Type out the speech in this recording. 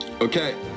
Okay